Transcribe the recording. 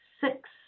six